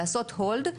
לעשות "הולד",